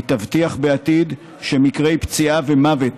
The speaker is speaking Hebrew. היא תבטיח בעתיד שמקרי פציעה ומוות